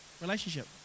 relationship